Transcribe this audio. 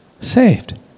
saved